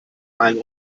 einem